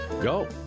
go